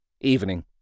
Evening